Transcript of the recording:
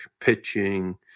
pitching